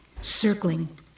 circling